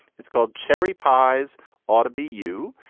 it's called cherry pies ought to be you.